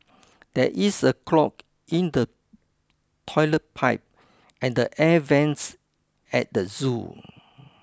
there is a clog in the toilet pipe and the air vents at the zoo